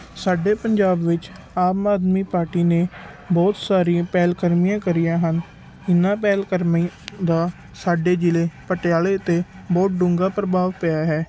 ਸਾਡੇ ਪੰਜਾਬ ਵਿੱਚ ਆਮ ਆਦਮੀ ਪਾਰਟੀ ਨੇ ਬਹੁਤ ਸਾਰੀਆਂ ਪਹਿਲਕਦਮੀਆਂ ਕਰੀਆਂ ਹਨ ਇਹਨਾਂ ਪਹਿਲਕਦਮੀ ਦਾ ਸਾਡੇ ਜ਼ਿਲ੍ਹੇ ਪਟਿਆਲੇ 'ਤੇ ਬਹੁਤ ਡੂੰਘਾ ਪ੍ਰਭਾਵ ਪਿਆ ਹੈ